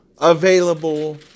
available